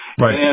Right